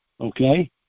Okay